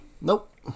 Nope